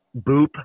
boop